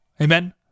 Amen